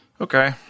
okay